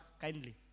kindly